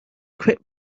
quit